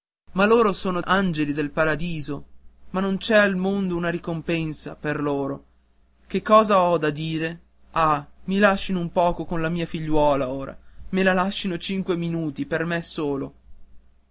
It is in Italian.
ma loro sono angeli del paradiso ma non c'è al mondo una ricompensa per loro che cosa ho da dire ah mi lascino un poco con la mia figliuola ora me la lascino cinque minuti per me solo